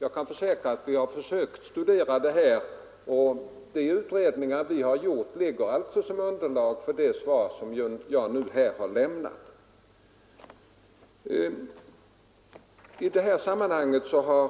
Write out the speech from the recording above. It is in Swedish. Jag kan försäkra att vi har studerat frågan, och de bedömningar vi gjort ligger alltså som underlag för det svar jag nu har lämnat. I detta sammanhang har